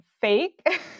fake